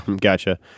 Gotcha